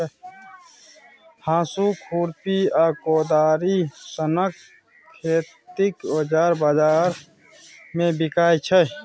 हाँसु, खुरपी आ कोदारि सनक खेतीक औजार बजार मे बिकाइ छै